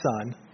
Son